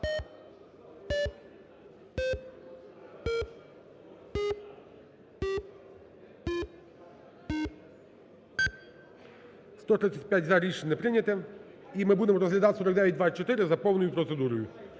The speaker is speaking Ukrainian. За-135 Рішення не прийнято. І ми будемо розглядати 4924 за повною процедурою.